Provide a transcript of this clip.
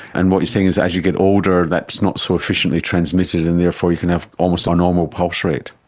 and what you're saying is as you get older that's not so efficiently transmitted and therefore you can have almost a normal pulse rate.